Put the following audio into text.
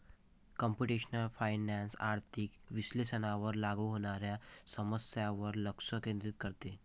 computational finance आर्थिक विश्लेषणावर लागू होणाऱ्या समस्यांवर लक्ष केंद्रित करते